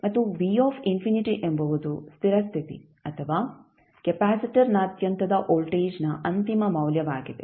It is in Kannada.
ಮತ್ತು ಎಂಬುದು ಸ್ಥಿರ ಸ್ಥಿತಿ ಅಥವಾ ಕೆಪಾಸಿಟರ್ನಾದ್ಯಂತದ ವೋಲ್ಟೇಜ್ನ ಅಂತಿಮ ಮೌಲ್ಯವಾಗಿದೆ